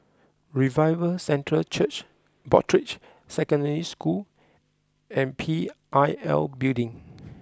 Revival Centre Church Broadrick Secondary School and P I L Building